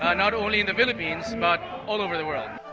ah not only in the philippines but all over the world.